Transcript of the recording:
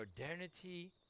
modernity